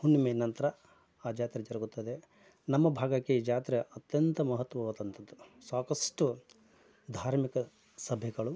ಹುಣ್ಣಿಮೆ ನಂತರ ಆ ಜಾತ್ರೆ ಜರಗುತ್ತದೆ ನಮ್ಮ ಭಾಗಕ್ಕೆ ಈ ಜಾತ್ರೆ ಅತ್ಯಂತ ಮಹತ್ವವಾದಂಥದ್ದು ಸಾಕಷ್ಟು ಧಾರ್ಮಿಕ ಸಭೆಗಳು